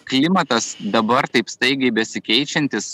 klimatas dabar taip staigiai besikeičiantis